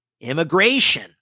immigration